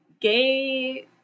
gay